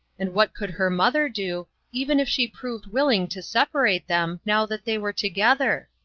and what could her mother do, even if she proved willing to separate them now that they were together?